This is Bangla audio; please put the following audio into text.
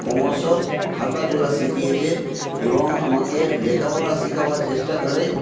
ক্রমশ হাঁটা চলা শিখিয়েছে এবং আমাকে লেখাপড়া শেখাবার চেষ্টা করে